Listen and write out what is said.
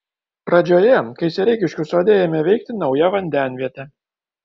pradžioje kai sereikiškių sode ėmė veikti nauja vandenvietė